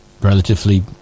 relatively